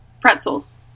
Pretzels